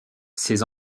ses